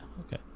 okay